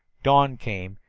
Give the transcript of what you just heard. dawn came,